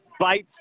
bites